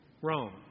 Rome